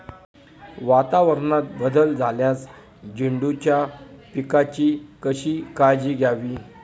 वातावरणात बदल झाल्यास झेंडूच्या पिकाची कशी काळजी घ्यावी?